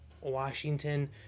washington